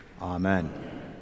Amen